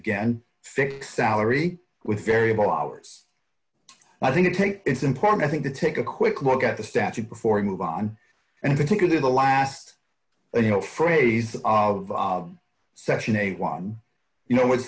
again fix salary with variable hours i think it take is important i think to take a quick look at the statute before you move on and particularly the last you know phrase of section eighty one you know w